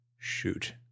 Shoot